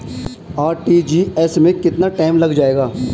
RTGS में कितना time लग जाएगा?